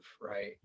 right